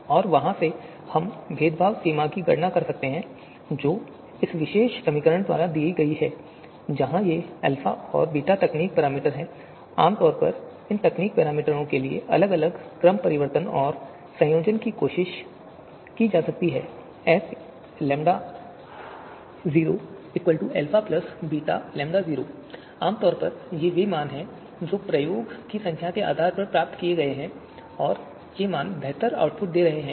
और वहां से हम भेदभाव सीमा की गणना कर सकते हैं जो इस विशेष समीकरण द्वारा दी गई है जहां ये अल्फा और बीटा तकनीकी पैरामीटर हैं और आम तौर पर इन पैरामीटर के लिए अलग अलग क्रमपरिवर्तन और संयोजन की कोशिश की जा सकती है sλ0 α βλ0 आमतौर पर ये वे मान हैं जो प्रयोग की संख्या के आधार पर प्राप्त किए गए हैं और ये मान बेहतर आउटपुट दे रहे हैं